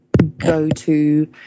go-to